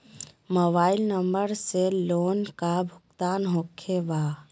Mobile number से loan का भुगतान होखे बा?